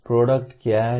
product क्या है